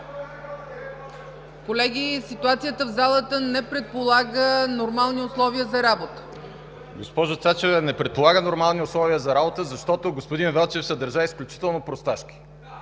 Колеги, ситуацията в залата не предполага нормални условия за работа. ГЕОРГИ КАДИЕВ: Госпожо Цачева, не предполага нормални условия за работа, защото господин Велчев се държа изключително просташки…